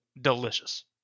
delicious